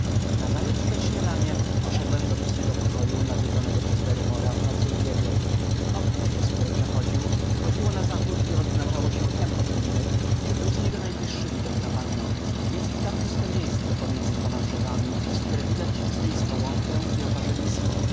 nazajutrz przed śniadaniem poszedłem do pustego pokoju nawiedzonego przez barrymora nocy ubiegłej okno przez które przechodził wychodziło na zachód i odznaczało się tem od innych że był z niego najbliższy widok na bagno jest tam puste miejsce pomiędzy dwoma drzewami przez które widać zblizka łąkę i